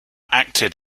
acted